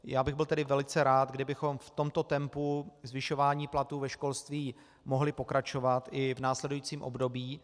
Já bych byl tedy velice rád, kdybychom v tomto tempu zvyšování platů ve školství mohli pokračovat i v následujícím období.